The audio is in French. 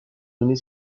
donner